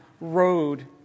road